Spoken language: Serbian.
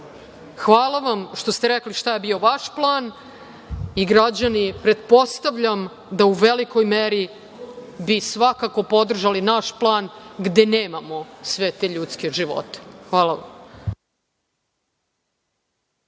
umre. Hvala vam što ste rekli šta je bio vaš plan i građani pretpostavljam, da u velikoj meri bi svakako podržali naš plan gde nemamo sve te ljudske živote. Hvala.